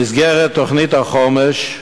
במסגרת תוכנית החומש,